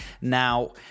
now